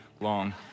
long